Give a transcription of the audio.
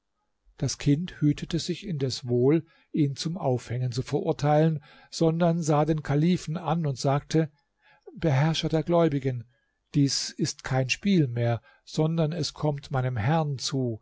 das kind hütete sich indes wohl ihn zum aufhängen zu verurteilen sondern sah den kalifen an und sagte beherrscher der gläubigen dies ist kein spiel mehr sondern es kommt meinem herrn zu